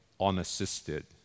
unassisted